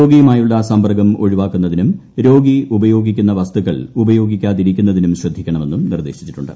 രോഗിയുമായുള്ള സമ്പർക്കം ഒഴിവാക്കുന്നതിനും ഉപയോഗിക്കുന്ന വസ്തുക്കൾ ഉപയോഗിക്കാതിരിക്കുന്നതിനും ശ്രദ്ധിക്കണമെന്നും നിർദ്ദേശിച്ചിട്ടുണ്ട്